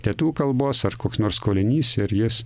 lietuvių kalbos ar koks nors skolinys ir jis